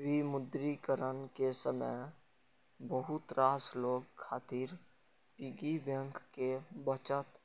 विमुद्रीकरण के समय बहुत रास लोग खातिर पिग्गी बैंक के बचत